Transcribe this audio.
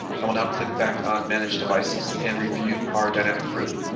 i will now click back on manage devices and review our dynamic group.